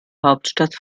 hauptstadt